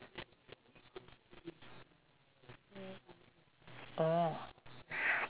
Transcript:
orh